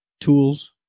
tools